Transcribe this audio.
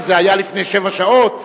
כי זה היה לפני שבע שעות,